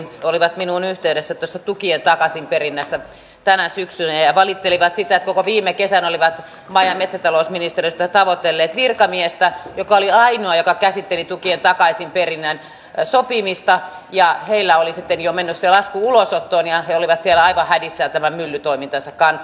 he olivat minuun yhteydessä liittyen tukien takaisinperintään tänä syksynä ja valittelivat sitä että koko viime kesän olivat maa ja metsätalousministeriöstä tavoitelleet virkamiestä joka oli ainoa joka käsitteli tukien takaisinperinnän sopimista ja heillä oli sitten jo mennyt se lasku ulosottoon ja he olivat siellä aivan hädissään tämän myllytoimintansa kanssa